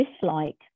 dislike